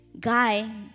guy